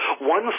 One